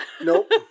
Nope